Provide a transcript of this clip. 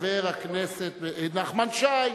חבר הכנסת נחמן שי.